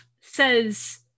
says